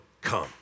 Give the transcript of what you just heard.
come